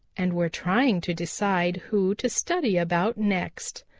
and were trying to decide who to study about next.